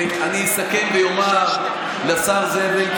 אני אסכם ואומר לשר זאב אלקין,